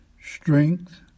strength